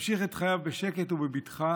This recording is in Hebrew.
ימשיך את חייו בשקט ובבטחה,